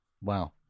wow